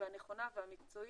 והנכונה והמקצועית.